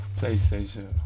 Playstation